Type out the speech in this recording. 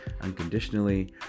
unconditionally